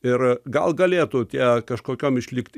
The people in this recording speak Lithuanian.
ir gal galėtų tie kažkokiom išlikti